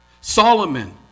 Solomon